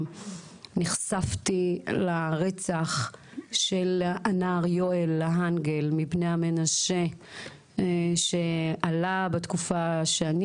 נחשפתי לרצח של הנער יואל לנגל מבני המנשה שעלה בתקופה שאני